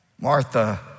Martha